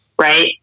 right